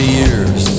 years